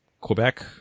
Quebec